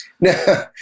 No